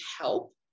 help